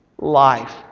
Life